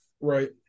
right